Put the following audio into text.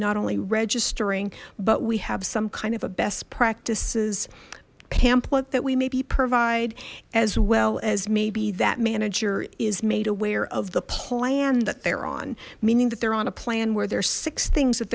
not only registering but we have some kind of a best practices pamphlet that we maybe provide as well as maybe that manager is made aware of the plan that they're on meaning that they're on a plan where there are six things that